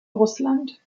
russland